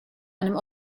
einem